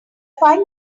find